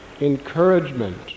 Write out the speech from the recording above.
encouragement